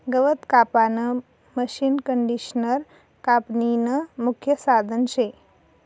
गवत कापानं मशीनकंडिशनर कापनीनं मुख्य साधन शे